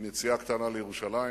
עם יציאה קטנה לירושלים.